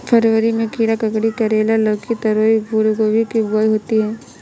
फरवरी में खीरा, ककड़ी, करेला, लौकी, तोरई, फूलगोभी की बुआई होती है